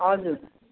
हजुर